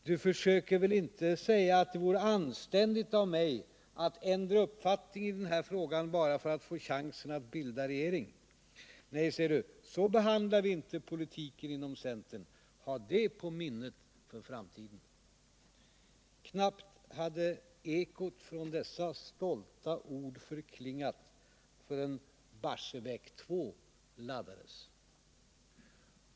Du försöker väl inte säga att det vore anständigt av mig att ändra uppfattningen i den här frågan bara för att få chansen att bilda regering. Nej, ser du, så behandlar vi inte politiken inom centern. Ha det på minnet för framtiden.” Knappt hade ekot av dessa stolta ord förklingat förrän Barsebäck 2 laddades.